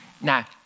now